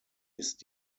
ist